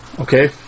okay